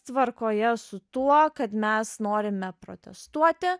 tvarkoje su tuo kad mes norime protestuoti